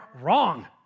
wrong